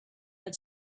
had